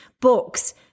books